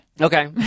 Okay